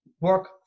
work